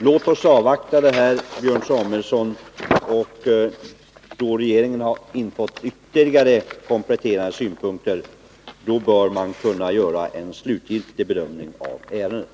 Låt oss alltså avvakta, Björn Samuelson. När regeringen har fått in ytterligare och kompletterande synpunkter, då bör det kunna göras en slutgiltig bedömning av ärendet.